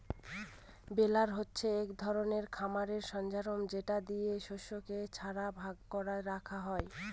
বেলার হচ্ছে এক ধরনের খামারের সরঞ্জাম যেটা দিয়ে শস্যকে ছটা ভাগ করে রাখা হয়